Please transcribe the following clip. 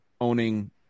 owning